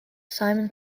simon